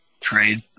trade